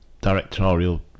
directorial